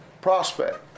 prospect